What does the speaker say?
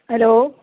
hello